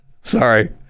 Sorry